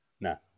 No